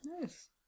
Nice